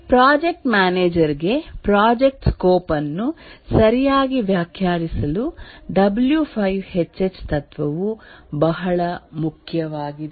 project manager ಗೆ project scope ಅನ್ನು ಸರಿಯಾಗಿ ವ್ಯಾಖ್ಯಾನಿಸಲು ಡಬ್ಲ್ಯೂ 5 ಹೆಚ್ ಹೆಚ್ ತತ್ವವು ಬಹಳ ಮುಖ್ಯವಾಗಿದೆ